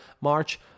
march